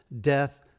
death